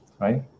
right